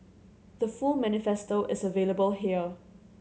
the full manifesto is available here